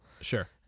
Sure